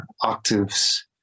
octaves